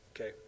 Okay